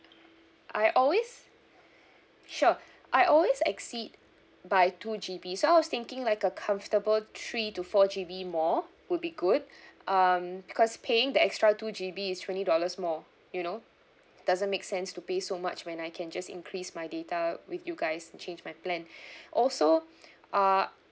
I always sure I always exceed by two G_B so I was thinking like a comfortable three to four G_B more would be good um because paying the extra two G_B is twenty dollars more you know it doesn't make sense to pay so much when I can just increase my data with you guys to change my plan also uh